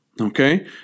okay